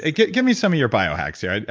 ah give give me some of your bio hacks here.